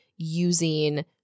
using